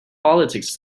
politics